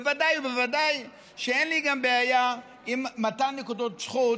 ודאי וודאי שגם אין לי בעיה עם מתן נקודות זכות